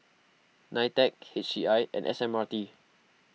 Nitec H C I and S M R T